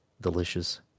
delicious